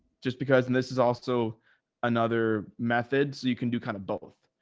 just because, and this is also another method, so you can do kind of both.